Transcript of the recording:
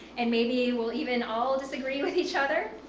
and maybe we'll even all disagree with each other,